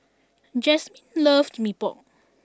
Jasmin loves Mee Pok